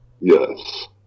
Yes